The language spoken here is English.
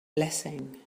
blessing